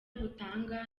batanga